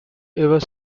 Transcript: ever